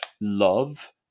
love